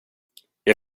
jag